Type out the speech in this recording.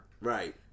Right